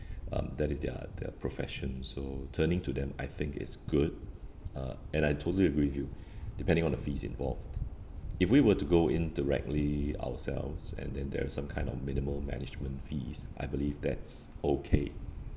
um that is their their profession so turning to them I think it's good uh and I totally agree with you depending on the fees involved if we were to go in directly ourselves and then there is some kind of minimal management fees I believe that's okay